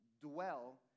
Dwell